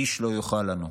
איש לא יוכל לנו.